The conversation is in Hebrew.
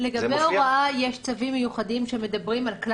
זה מופיע?